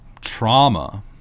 Trauma